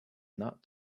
not